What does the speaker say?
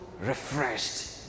refreshed